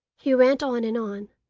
he went on and on,